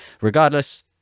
regardless